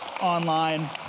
online